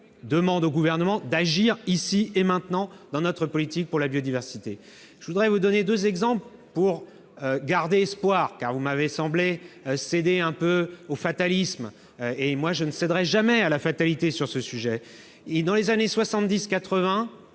demande au Gouvernement d'agir, ici et maintenant, dans sa politique pour la biodiversité. Je veux vous donner deux exemples pour garder espoir, car vous m'avez semblé céder un peu au fatalisme ; pour ma part, je ne céderai jamais au fatalisme sur ce sujet. Dans les années 1970